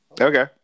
okay